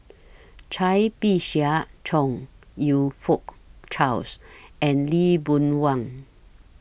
Cai Bixia Chong YOU Fook Charles and Lee Boon Wang